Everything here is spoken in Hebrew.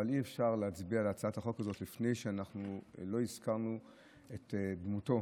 אבל אי-אפשר להצביע על הצעת החוק הזאת לפני שהזכרנו את דמותו